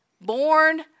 Born